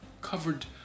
covered